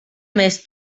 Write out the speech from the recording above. més